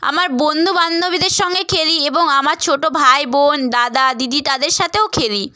আমার বন্ধু বান্ধবীদের সঙ্গে খেলি এবং আমার ছোট ভাই বোন দাদা দিদি তাদের সাথেও খেলি